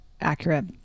accurate